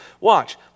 watch